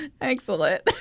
Excellent